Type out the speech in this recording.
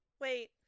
Wait